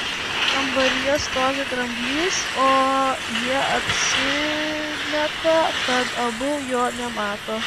kambaryje stovi dramblys o jie apsimeta kad abu jo nemato